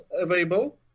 available